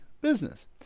business